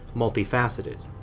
multifaceted.